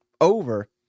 Over